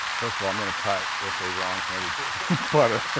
first of all i'm gonna putt, with a wrong-handed putter.